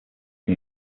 can